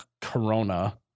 Corona